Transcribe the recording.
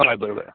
हय बरोबर आहा